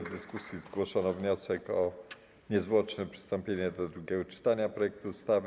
W dyskusji zgłoszono wniosek o niezwłoczne przystąpienie do drugiego czytania projektu ustawy.